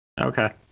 Okay